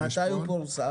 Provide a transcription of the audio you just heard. מתי הוא פורסם?